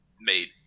made